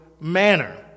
manner